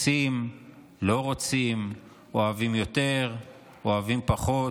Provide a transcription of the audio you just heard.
רוצים או לא רוצים, אוהבים יותר, אוהבים פחות,